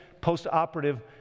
post-operative